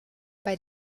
bei